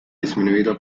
disminuido